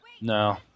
no